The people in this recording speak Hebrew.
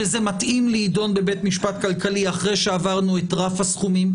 שזה מתאים להידון בבית משפט כלכלי אחרי שעברנו את רף הסכומים,